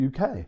UK